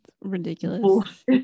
ridiculous